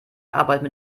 arbeitet